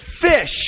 fish